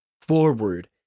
forward